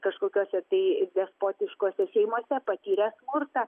kažkokiose tai despotiškose šeimose patyrė smurtą